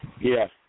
Yes